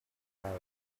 lives